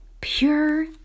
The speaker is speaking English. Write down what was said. pure